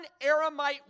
Aramite